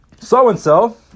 so-and-so